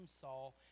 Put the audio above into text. Saul